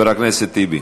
בבקשה.